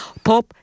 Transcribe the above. pop